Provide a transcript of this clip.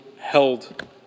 held